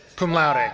cum laude. ah